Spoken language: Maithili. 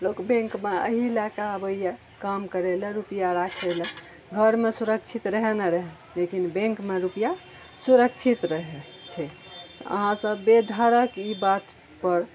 लोक बैंकमे एहि लए कऽ आबैया काम करै लए रुपैआ राखैलए घरमे सुरक्षित रहए ने रहए लेकिन बैंकमे रुपैआ सुरक्षित रहै छै अहाँ सब बेधड़क ई बात पर